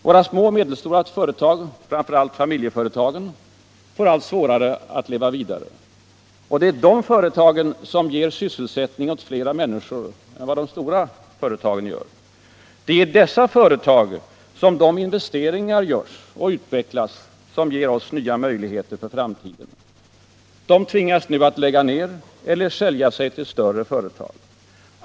Våra små och medelstora företag och framför allt familjeföretagen får allt svårare att leva vidare. Och det är dessa företag som ger sysselsättning åt flera människor än vad de stora företagen gör. Det är i dessa företag som de nya investeringarna görs och utvecklas som ger oss nya möjligheter för framtiden. De tvingas att lägga ner eller sälja sig till större företag.